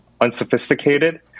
unsophisticated